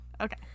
okay